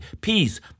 peace